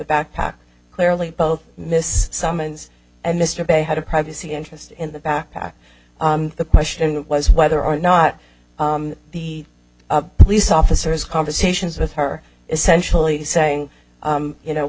backpack clearly both miss summons and mr bay had a privacy interest in the backpack the question was whether or not be police officers conversations with her essentially saying you know